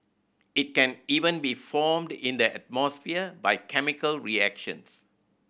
it can even be formed in the atmosphere by chemical reactions